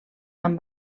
amb